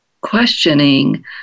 questioning